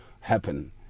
happen